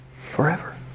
Forever